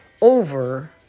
over